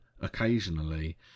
occasionally